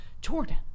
jordan